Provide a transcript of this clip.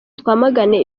twamagane